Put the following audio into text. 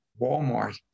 Walmart